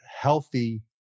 healthy